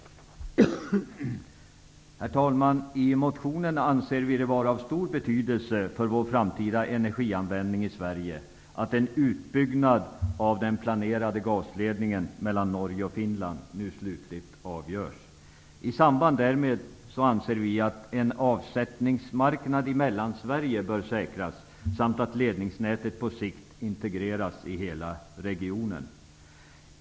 Herr talman! Vi framför i vår motion att det är av stor betydelse för vår framtida energianvändning i Sverige att det nu slutligen fattas ett avgörande beslut om utbyggnaden av den planerade gasledningen mellan Norge och Finland. I samband därmed bör en avsättningsmarknad i Mellansverige säkras samt ledningsnätet på sikt integreras i hela regionen.